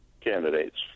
candidates